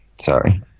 Sorry